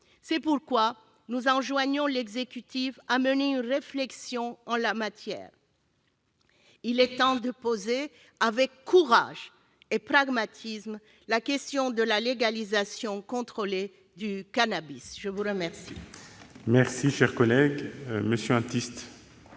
C'est pourquoi nous enjoignons l'exécutif à mener une réflexion en la matière. Il est temps de poser avec courage et pragmatisme la question de la légalisation contrôlée du cannabis. La parole